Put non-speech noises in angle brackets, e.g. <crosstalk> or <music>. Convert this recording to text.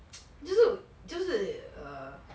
<noise> 就是就是 err <noise>